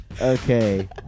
Okay